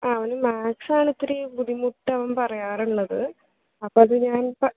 ആ അവന് മാത്സ് ആണിത്തിരി ബുദ്ധിമുട്ട് അവൻ പറയാറുള്ളത് അപ്പോൾ അത് ഞാനിപ്പോൾ